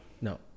no